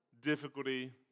difficulty